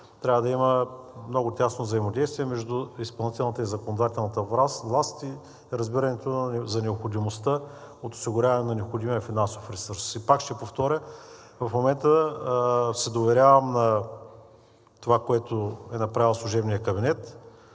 трябва да има много тясно взаимодействие между изпълнителната и законодателната власт и разбиране за необходимостта от осигуряване на необходимия финансов ресурс. И пак ще повторя, в момента се доверявам на това, което е направил служебният кабинет,